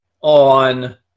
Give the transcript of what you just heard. on